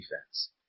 defense